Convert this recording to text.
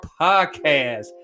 podcast